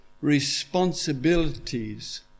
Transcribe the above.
responsibilities